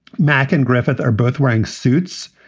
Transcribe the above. mack and griffith are both wearing suits,